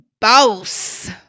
boss